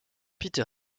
peter